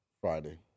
Friday